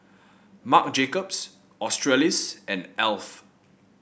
Marc Jacobs Australis and Alf